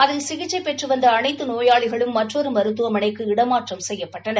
அதில் சிகிச்சை பெற்று வந்த அனைத்து நோயாளிகளும் மற்றொரு மருத்துவமளைக்கு இடமாற்றம் செய்யப்பட்டனர்